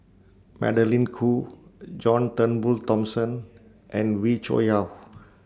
Magdalene Khoo John Turnbull Thomson and Wee Cho Yaw